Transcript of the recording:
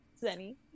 Zenny